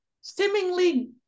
seemingly